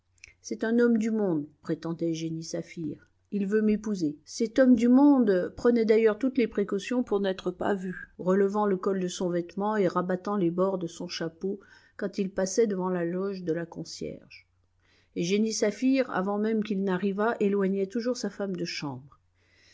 c'est un homme du monde prétendait jenny saphir il veut m'épouser cet homme du monde prenait d'ailleurs toutes les précautions pour n'être pas vu relevant le col de son vêtement et rabattant les bords de son chapeau quand il passait devant la loge de la concierge et jenny saphir avant même qu'il n'arrivât éloignait toujours sa femme de chambre